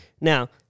Now